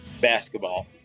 Basketball